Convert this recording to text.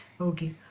Okay